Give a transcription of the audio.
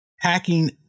Hacking